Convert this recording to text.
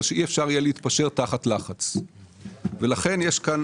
אלא שאי אפשר יהיה להתפשר תחת לחץ ולכן יש כאן